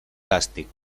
càstig